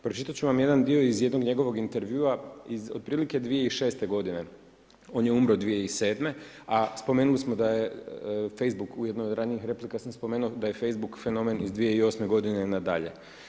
Pročitat ću vam jedan dio iz jednog njegovog intervjua iz otprilike 2006. godine, on je umro 2007., a spomenuli smo da je Facebook u jednoj od ranijih replika sam spomenuo da je Facebook fenomen iz 2008. godine na dalje.